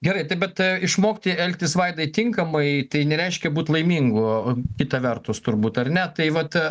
gerai tai bet išmokti elgtis vaidai tinkamai tai nereiškia būt laimingu kita vertus turbūt ar ne tai vat